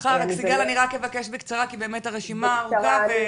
בשמחה אני רק אבקש בקצרה, כי יש לנו רשימה ארוכה.